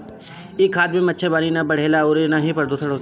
इ खाद में मच्छर माछी ना बढ़ेला अउरी ना ही प्रदुषण होखेला